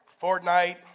Fortnite